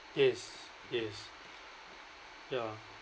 yes yes ya